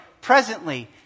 presently